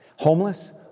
Homeless